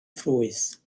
ffrwyth